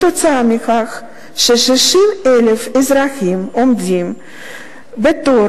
מכיוון ש-60,000 אזרחים עומדים בתור